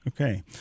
okay